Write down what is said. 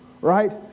Right